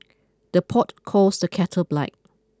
the pot calls the kettle black